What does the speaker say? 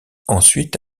ensuite